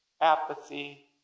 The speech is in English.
apathy